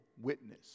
witness